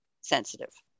sensitive